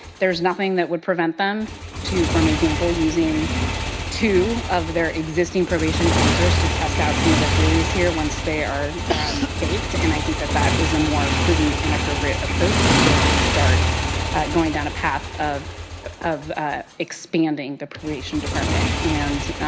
there is nothing that would prevent them from example using two of their existing probation counselor to test out some of the theories here once they are baked and i think that that is a more prudent and appropriate approach before we start going down a path of of expanding the probation department. and,